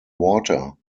water